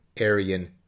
Aryan